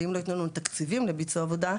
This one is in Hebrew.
ואם לא יתנו לנו תקציבים לביצוע העבודה,